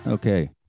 Okay